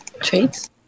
Traits